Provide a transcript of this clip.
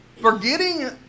Forgetting